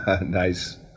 Nice